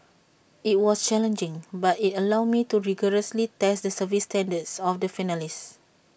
IT was challenging but IT allowed me to rigorously test the service standards of the finalist